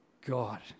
God